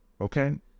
okay